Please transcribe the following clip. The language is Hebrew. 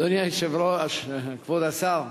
אדוני היושב-ראש, כבוד השר,